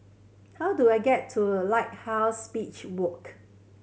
how do I get to Lighthouse Beach Walk